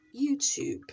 YouTube